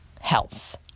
health